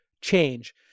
change